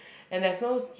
and there's no